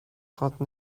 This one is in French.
trente